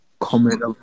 comment